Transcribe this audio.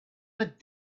but